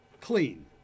Clean